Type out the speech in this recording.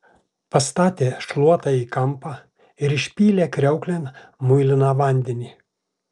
pastatė šluotą į kampą ir išpylė kriauklėn muiliną vandenį